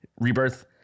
rebirth